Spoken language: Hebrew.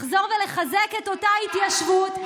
לחזור ולחזק את אותה התיישבות,